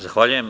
Zahvaljujem.